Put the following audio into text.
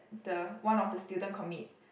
the one of the student commit